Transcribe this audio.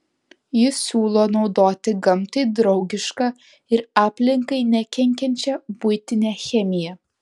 jis siūlo naudoti gamtai draugišką ir aplinkai nekenkiančią buitinę chemiją